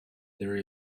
there